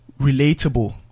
relatable